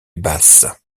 basse